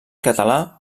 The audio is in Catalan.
català